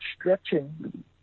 stretching